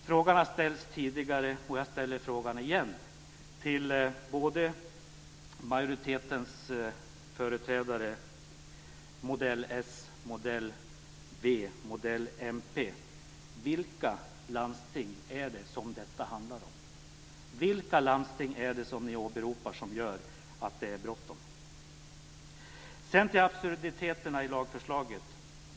Frågan har ställts tidigare, och jag ställer den igen till majoritetens företrädare både av modell s, v och mp: Vilka landsting är det som detta handlar om? Vilka landsting är det som ni åberopar och som gör att det är bråttom? Jag går nu över till absurditeterna i lagförslaget.